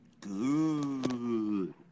good